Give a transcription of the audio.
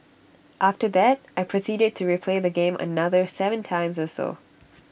after that I proceeded to replay the game another Seven times or so